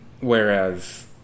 whereas